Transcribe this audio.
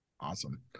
awesome